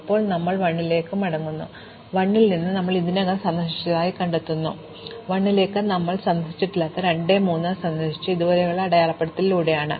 ഇപ്പോൾ നമ്മൾ 1 ലേക്ക് മടങ്ങുന്നു 1 ൽ നിന്ന് ഞങ്ങൾ ഇതിനകം സന്ദർശിച്ചതായി കണ്ടെത്തുന്നു 1 1 ലേക്ക് ഞങ്ങൾ സന്ദർശിച്ചിട്ടില്ലാത്ത 2 3 സന്ദർശിച്ചത് ഇതുവരെയുള്ള അടയാളപ്പെടുത്തലിലൂടെയാണ്